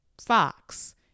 Fox